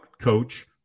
coach